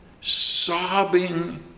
sobbing